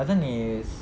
azlan is